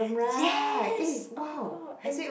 yes oh-my-god and